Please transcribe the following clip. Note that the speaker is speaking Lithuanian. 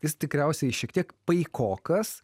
jis tikriausiai šiek tiek paikokas